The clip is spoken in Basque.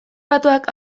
batuak